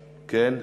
כן.